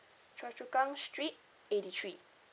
choa chu kang street eighty three